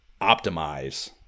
optimize